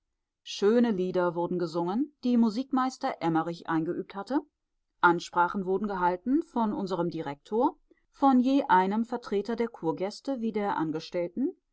schöne lieder wurden gesungen die musikmeister emmerich eingeübt hatte ansprachen wurden gehalten von unserem direktor von je einem vertreter der kurgäste wie der angestellten